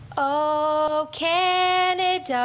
oh canada,